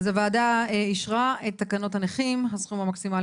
אז הוועדה אישרה את תקנות הנכים (הסכום המקסימלי